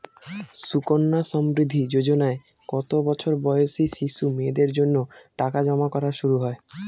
সুকন্যা সমৃদ্ধি যোজনায় কত বছর বয়সী শিশু মেয়েদের জন্য টাকা জমা করা শুরু হয়?